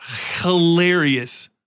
hilarious